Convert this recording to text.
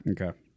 Okay